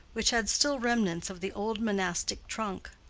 which had still remnants of the old monastic trunk.